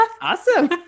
awesome